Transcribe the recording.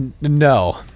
No